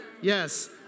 yes